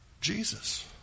Jesus